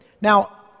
Now